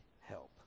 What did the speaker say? help